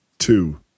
Two